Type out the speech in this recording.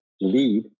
lead